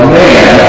man